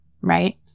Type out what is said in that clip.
right